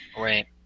Right